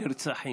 נרצחים,